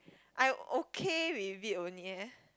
I'm okay with it only eh